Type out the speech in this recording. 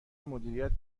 مدیریت